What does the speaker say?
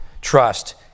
trust